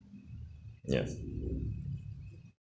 yes